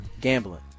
gambling